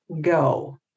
go